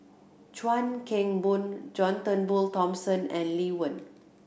Chuan Keng Boon John Turnbull Thomson and Lee Wen